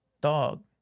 Dog